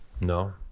No